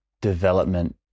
development